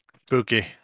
Spooky